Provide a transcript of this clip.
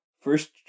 first